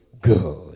good